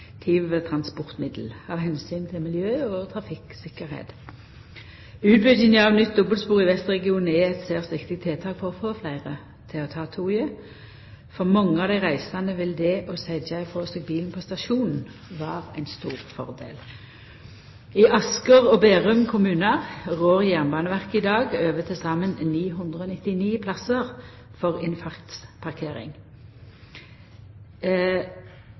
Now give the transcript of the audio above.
transportmiddel av omsyn til miljø og trafikktryggleik. Utbygginga av nytt dobbeltspor i Vestregionen er eit særs viktig tiltak for å få fleire til å ta toget. For mange av dei reisande vil det å setja frå seg bilen på stasjonen vera ein stor fordel. I Asker og Bærum kommunar rår Jernbaneverket i dag over til saman 998 plassar for innfartsparkering.